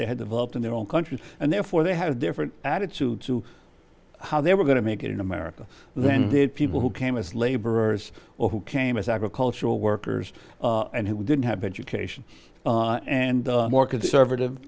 they had developed in their own country and therefore they had a different attitude to how they were going to make it in america then did people who came as laborers or who came as agricultural workers and who didn't have education and more conservative